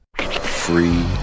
Free